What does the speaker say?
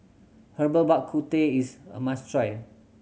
Herbal Bak Ku Teh is a must try